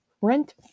rent